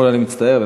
אני מצטער.